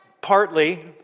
Partly